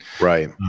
right